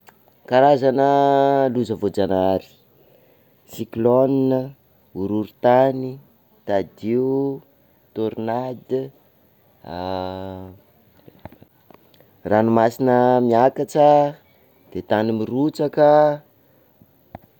Karazana loza voa-janahary: cyclone, horohoron-tany, tadio, tornade, ranomasina miakatra, de tany mirotsaka.